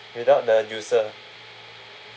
without the juicer